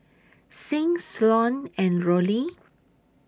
Sing Sloane and Rollie